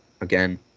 again